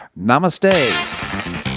Namaste